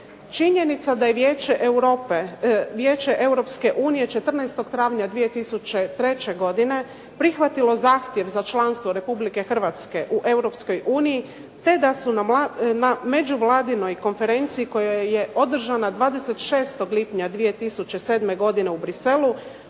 Vijeće Europe, Vijeće Europske unije 14. travnja 2003. godine prihvatilo zahtjev za članstvo Republike Hrvatske u Europskoj uniji, te da su na međuvladinoj konferenciji koja je održana 26. lipnja 2007. godine u Bruxellesu